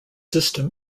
system